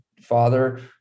father